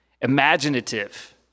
Imaginative